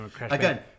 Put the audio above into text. Again